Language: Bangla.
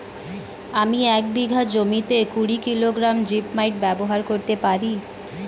আমি এক বিঘা জমিতে কুড়ি কিলোগ্রাম জিপমাইট ব্যবহার করতে পারি?